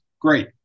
great